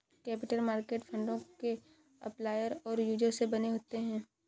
capital market फंडों के supplier और यूजर से बने होते हैं